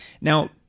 now